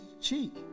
cheek